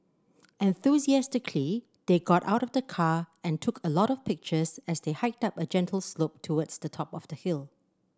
enthusiastically they got out of the car and took a lot of pictures as they hiked up a gentle slope towards the top of the hill